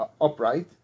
upright